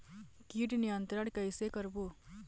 कीट नियंत्रण कइसे करबो?